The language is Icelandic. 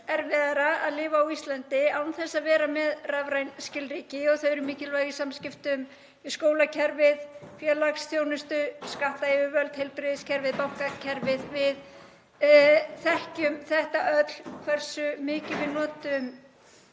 erfiðara að lifa á Íslandi án þess að vera með rafræn skilríki og þau eru mikilvæg í samskiptum við skólakerfið, félagsþjónustu, skattyfirvöld, heilbrigðiskerfið, bankakerfið. Við þekkjum þetta öll hversu mikið við notum